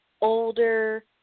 older